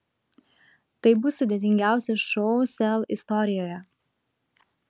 tai bus sudėtingiausias šou sel istorijoje